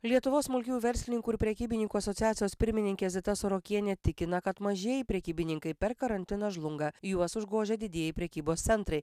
lietuvos smulkiųjų verslininkų ir prekybininkų asociacijos pirmininkė zita sorokienė tikina kad mažieji prekybininkai per karantiną žlunga juos užgožia didieji prekybos centrai